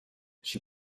she